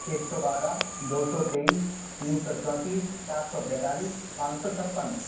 एक सौ बारह दो सौ तेईस तीन सौ चौंतीस चार सौ पैंतालीस पाँच सौ छप्पन